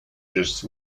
just